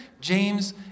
James